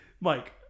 Mike